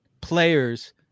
players